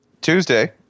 Tuesday